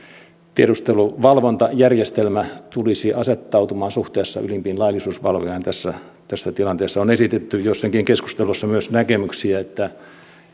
tiedusteluvalvontajärjestelmä tulisi asettautumaan suhteessa ylimpiin laillisuusvalvojiin tässä tässä tilanteessa on esitetty jossakin keskustelussa myös näkemyksiä että